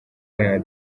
iharanira